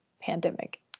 pandemic